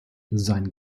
sein